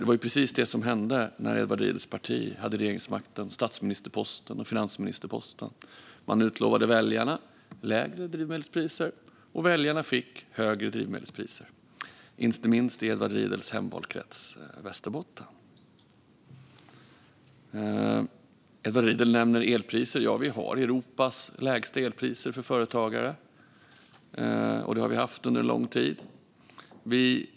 Det var precis det här som hände när Edward Riedls parti hade regeringsmakten, statsministerposten och finansministerposten: Man lovade väljarna lägre drivmedelspriser, och väljarna fick högre drivmedelspriser, inte minst i Edward Riedls hemvalkrets Västerbotten. Edward Riedl nämner elpriserna. Ja, vi har Europas lägsta elpriser för företagare. Det har vi haft under en lång tid.